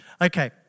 Okay